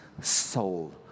soul